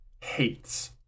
hates